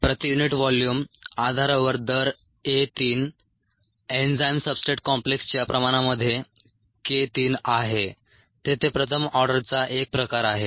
प्रति unit volume आधारावर दर ए 3 एन्झाईम सब्सट्रेट कॉम्प्लेक्सच्या प्रमाणामध्ये k 3 आहे तेथे प्रथम ऑर्डरचा एक प्रकार आहे